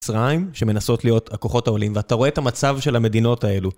מצרים שמנסות להיות הכוחות העולים, ואתה רואה את המצב של המדינות האלו.